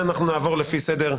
ירים את ידו.